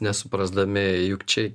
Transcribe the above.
nesuprasdami juk čia